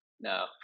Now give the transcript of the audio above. no